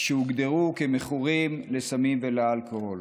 שהוגדרו כמכורים לסמים ולאלכוהול.